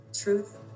Truth